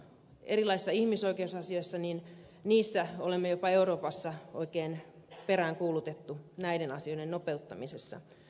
erilaisissa ihmisoikeusasioissa olemme jopa euroopassa oikein peräänkuulutettuja näiden asioiden nopeuttamisen suhteen